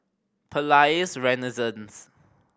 Palais Renaissance